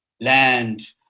land